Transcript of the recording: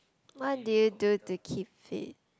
what do you do to keep fit